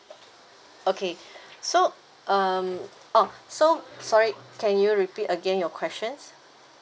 okay so um orh so sorry can you repeat again your questions